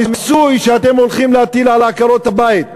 המס שאתם הולכים להטיל על עקרות-הבית,